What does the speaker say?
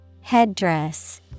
Headdress